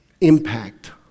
impact